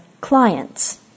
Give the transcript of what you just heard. clients